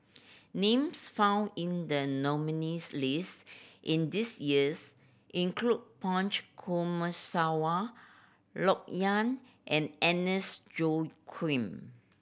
names found in the nominees' list in this years include Punch Coomaraswamy Loke Yew and Agnes Joaquim